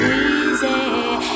easy